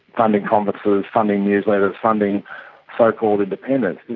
funding conferences, funding newsletters, funding so-called independence,